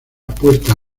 puerta